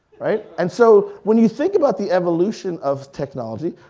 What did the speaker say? and so when you think about the evolution of technology,